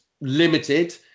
limited